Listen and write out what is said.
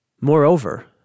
Moreover